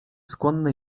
skłonny